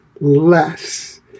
less